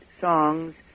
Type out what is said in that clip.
songs